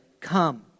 come